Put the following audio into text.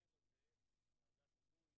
בוקר טוב.